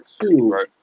two